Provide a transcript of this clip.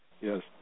Yes